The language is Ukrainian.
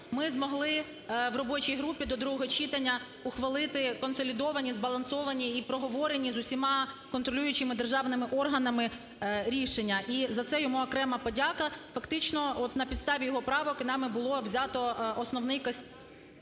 ми змогли у робочій групі до другого читання ухвалити консолідовані, збалансовані і проговорені з усіма контролюючими державними органами рішення. І за це йому окрема подяка. Фактично от на підставі його правок нами було взято основний…